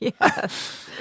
Yes